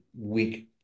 weak